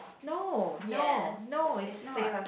no no no it's not